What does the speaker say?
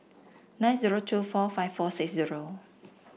nine zero two four five four six zero